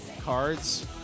Cards